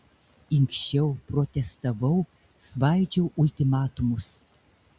inkščiau protestavau svaidžiau ultimatumus